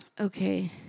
Okay